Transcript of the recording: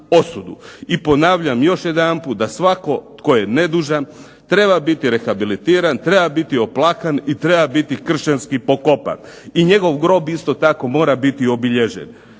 I ponavljam još jedanput da svako tko je nedužan treba biti rehabilitiran, treba biti oplakan i treba biti kršćanski pokopan. I njegov grob isto tako mora biti obilježen,